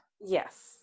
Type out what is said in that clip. yes